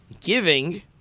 giving